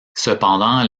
cependant